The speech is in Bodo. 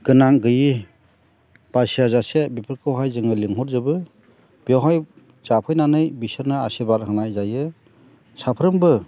गोनां गैयि बासिया जासे बेफोरखौहाय जोङो लेंहर जोबो बेवहाय जाफैनानै बिसोरनो आसिरबाद होनाय जायो साफ्रोमबो